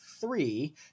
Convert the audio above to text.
three